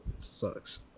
sucks